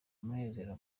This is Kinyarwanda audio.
umunezero